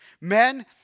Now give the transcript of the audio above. Men